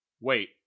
Wait